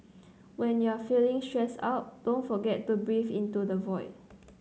when you are feeling stressed out don't forget to breathe into the void